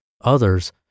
others